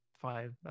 five